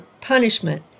punishment